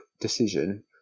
decision